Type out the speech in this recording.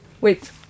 Wait